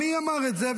מי אמר את זה,